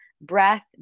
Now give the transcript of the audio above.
breath